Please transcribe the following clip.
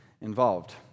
involved